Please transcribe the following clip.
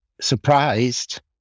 surprised